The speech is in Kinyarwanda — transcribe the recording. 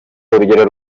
urugero